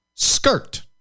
Skirt